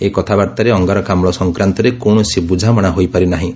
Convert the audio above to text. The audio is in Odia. ଏହି କଥାବାର୍ତ୍ତାରେ ଅଙ୍ଗାରକାମ୍ ସଂକ୍ରାନ୍ତରେ କୌଣସି ବୁଝାମଣା ହୋଇପାରି ନାହିଁ